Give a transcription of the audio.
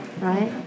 right